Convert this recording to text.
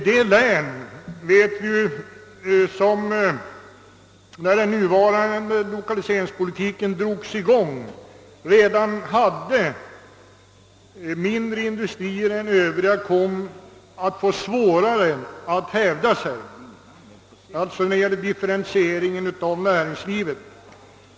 De län som redan hade ett mindre antal industrier än Övriga kom att få det svårt att hävda sig när den nuvarande lokaliseringspolitiken sattes i gång. En följd av otillräcklig differentiering av näringslivet.